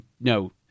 no